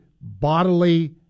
bodily